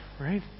Right